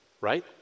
right